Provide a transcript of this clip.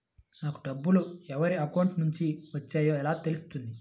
నాకు డబ్బులు ఎవరి అకౌంట్ నుండి వచ్చాయో ఎలా తెలుస్తుంది?